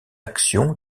action